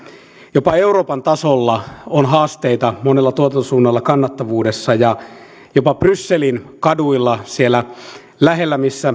jopa euroopan tasolla on haasteita monilla tuotantosuunnilla kannattavuudessa ja jopa brysselin kaduilla lähellä sitä missä